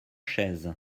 chaise